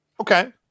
Okay